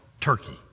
Turkey